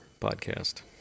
podcast